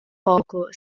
poco